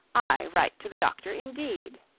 i write to the doctor, indeed